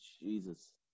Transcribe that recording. Jesus